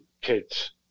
kids